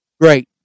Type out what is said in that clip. great